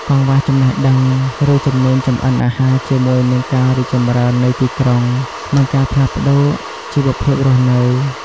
កង្វះចំណេះដឹង ឬជំនាញចម្អិនអាហារជាមួយនឹងការរីកចម្រើននៃទីក្រុង និងការផ្លាស់ប្តូរជីវភាពរស់នៅ ។